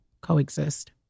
coexist